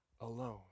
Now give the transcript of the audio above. alone